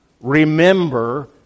remember